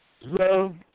love